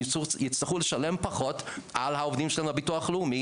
שיצטרכו לשלם פחות על העובדים --- ביטוח לאומי